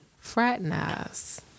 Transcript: fraternize